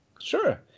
Sure